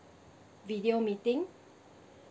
video meeting